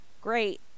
Great